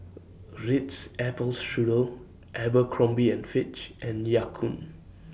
Ritz Apple Strudel Abercrombie and Fitch and Ya Kun